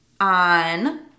on